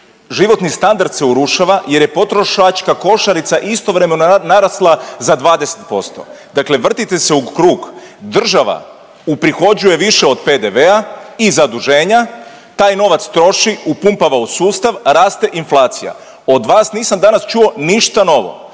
Životni standard se urušava jer je potrošačka košarica istovremeno narasla za 20%. Dakle, vrtite se u krug. Država uprihođuje više od PDV-a i zaduženja. Taj novac troši, upumpava u sustav, raste inflacija. Od vas nisam danas čuo ništa novo.